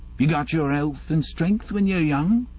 you got your ealth and strength when you're young.